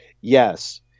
Yes